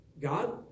God